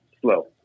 Slow